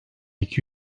iki